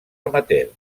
amateur